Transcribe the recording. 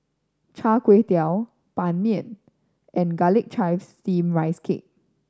Chai Tow Kuay Ban Mian and Garlic Chives Steamed Rice Cake